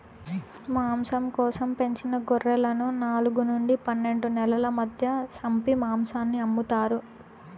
మాంసం కోసం పెంచిన గొర్రెలను నాలుగు నుండి పన్నెండు నెలల మధ్య సంపి మాంసాన్ని అమ్ముతారు